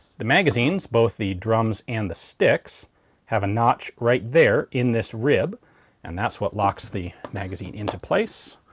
the magazines both the drums and the sticks have a notch right there in this rib and that's what locks the magazine into place.